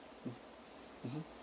mm mmhmm